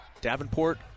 Davenport